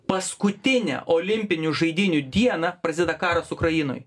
paskutinę olimpinių žaidynių dieną prasideda karas ukrainoj